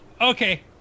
Okay